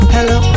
Hello